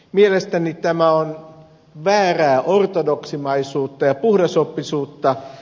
mielestäni tämä on väärää ortodoksisuutta ja puhdasoppisuutta